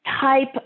type